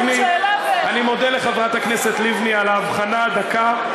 שאלה, אני מודה לחברת הכנסת לבני על האבחנה הדקה.